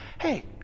hey